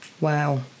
wow